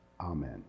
Amen